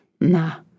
Nah